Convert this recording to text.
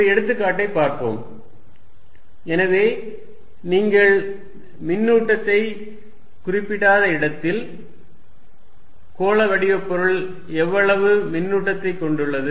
ஒரு எடுத்துக்காட்டை பார்ப்போம் எனவே நீங்கள் மின்னூட்டத்தை குறிப்பிடாத இடத்தில் கோள வடிவப் பொருள் எவ்வளவு மின்னூட்டத்தை கொண்டுள்ளது